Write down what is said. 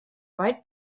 weit